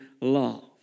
love